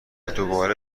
دوباره